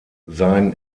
sein